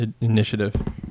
initiative